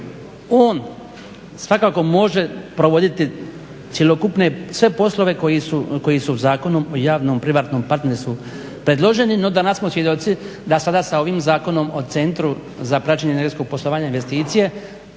ono svakako može provoditi cjelokupne sve poslove koji su Zakonom o javno privatnom partnerstvu predloženi. No danas smo svjedoci da sada sa ovim Zakonom o centru za praćenje energetskog poslovanja i investicije